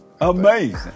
Amazing